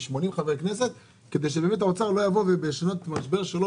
80 חברי כנסת כדי שהאוצר לא יבוא ובשנות משבר שלו